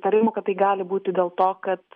įtarimų kad tai gali būti dėl to kad